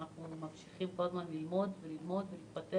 ואנחנו ממשיכים כל הזמן ללמוד ולהתפתח.